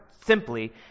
simply